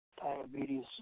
diabetes